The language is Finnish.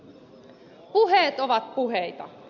puheet ovat puheita